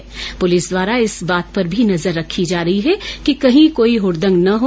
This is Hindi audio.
प्रेलिस द्वारा इस बात पर भी नजर रखी जा रही है कि कही कोई हडदंग न हो